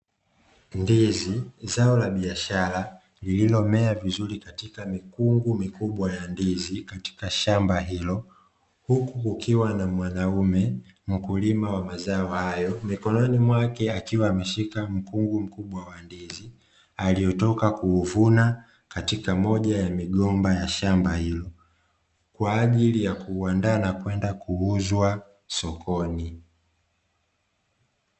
Ndizi zao la biashara lililomea vizuri katika mikungu mikubwa ya ndizi katika shamba hilo, huku kukiwa na mwanaume mkulima wa mazao hayo, mikononi mwake akiwa ameshika mkungu mkubwa wa ndizi, aliyotoka kuuvuna katika moja ya migomba ya shamba hilo, kwa ajili ya kuandaa na kwenda kuuzwa sokoni.